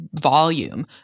volume